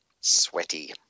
Sweaty